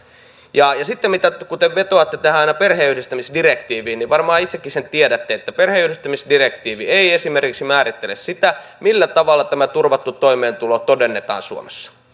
ja sitten kun te vetoatte tähän perheenyhdistämisdirektiiviin niin varmaan itsekin sen tiedätte että perheenyhdistämisdirektiivi ei määrittele esimerkiksi sitä millä tavalla tämä turvattu toimeentulo todennetaan suomessa